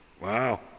Wow